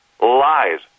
Lies